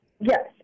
yes